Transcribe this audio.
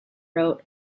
wrote